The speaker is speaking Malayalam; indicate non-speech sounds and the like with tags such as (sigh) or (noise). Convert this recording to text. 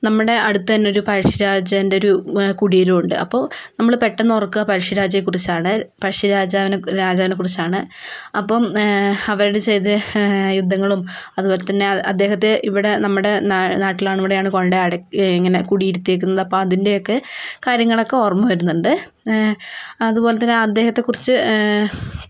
നമ്മുടെ അടുത്തുതന്നെ ഒരു പഴശ്ശിരാജാവിൻ്റെ ഒരു കുടീരം ഉണ്ട് അപ്പോൾ നമ്മൾ പെട്ടെന്നോർക്കുക പഴശ്ശിരാജയെക്കുറിച്ചാണ് പഴശ്ശി രാജാവിനെ രാജാവിനെക്കുറിച്ചാണ് അപ്പം അവരുടെ (unintelligible) യുദ്ധങ്ങളും അതുപോലെത്തന്നെ അദ്ദേഹത്തെ ഇവിടെ നമ്മുടെ നാട്ടിലാണ് ഇവിടെയാണ് കൊണ്ടുപോയി അടക്കി ഇങ്ങനെ കുടിയിരുത്തിയിരിക്കുന്നത് അപ്പം അതിൻ്റെയൊക്കെ കാര്യങ്ങളൊക്കെ ഓർമ്മ വരുന്നുണ്ട് അതുപോലെതന്നെ അദ്ദേഹത്തെക്കുറിച്ച്